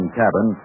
cabin